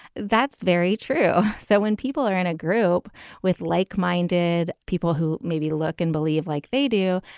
that's very true. so when people are in a group with like minded people who maybe look and believe like they do,